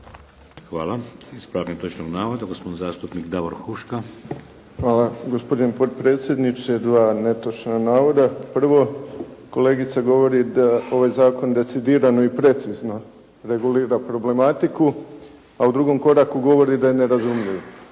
Hvala. Ispravak netočnog navoda, gospodin zastupnik Davor Huška. **Huška, Davor (HDZ)** Hvala, gospodine potpredsjedniče. Dva netočna navoda. Prvo, kolegica govori da ovaj zakon decidirano i precizno regulira problematiku, a u drugom koraku govori da je nerazumljiv.